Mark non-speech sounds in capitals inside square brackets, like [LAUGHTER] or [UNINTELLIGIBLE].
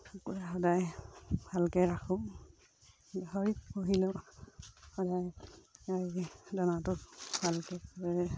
কুকুৰা সদায় ভালকৈ ৰাখোঁ গাহৰি পুহিলেও সদায় দানাটো ভালকৈ [UNINTELLIGIBLE]